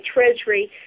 Treasury